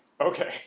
Okay